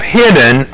hidden